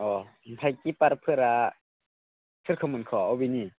अह आमफ्राय किपारफोरा सोरखौ मोनखो अबेनि